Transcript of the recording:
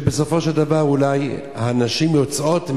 ובסופו של דבר אולי הנשים יוצאות מסכנה,